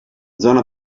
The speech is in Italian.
zona